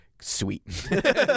sweet